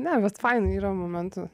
ne fainiai yra momentų